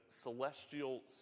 celestial